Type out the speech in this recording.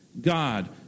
God